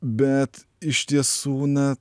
bet iš tiesų na